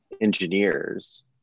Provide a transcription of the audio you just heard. engineers